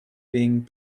being